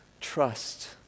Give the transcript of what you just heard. trust